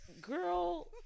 girl –